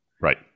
Right